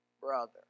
brother